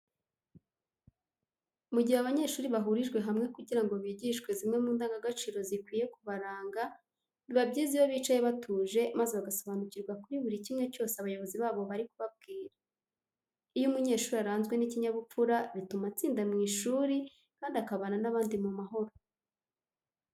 Mu gihe abanyeshuri bahurijwe hamwe kugira ngo bigishwe zimwe mu ndangagaciro zikwiye kubaranga, biba byiza iyo bicaye batuje maze bagasobanukirwa buri kintu cyose abayobozi babo bari kubabwira. Iyo umunyeshuri aranzwe n'ikinyabupfura bituma atsinda mu ishuri kandi akabana n'abandi mu mahoro.